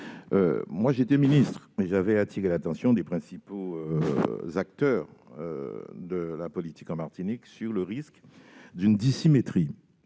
j'étais ministre, j'avais attiré l'attention des principaux acteurs politiques martiniquais sur le risque de dissymétrie